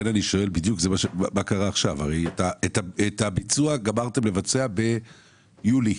את הביצוע גמרתם בסוף יוני.